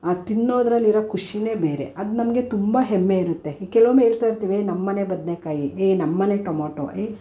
ಅದು ತಿನ್ನೋದ್ರಲ್ಲಿ ಇರೋ ಖುಷಿಯೇ ಬೇರೆ ಅದು ನಮಗೆ ತುಂಬ ಹೆಮ್ಮೆ ಇರುತ್ತೆ ಕೆಲವೊಮ್ಮೆ ಹೇಳ್ತಾ ಇರ್ತೀವಿ ಏ ನಮ್ಮ ಮನೆ ಬದನೇಕಾಯಿ ಏ ನಮ್ಮ ಮನೆ ಟಮೋಟೊ ಏ